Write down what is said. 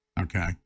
okay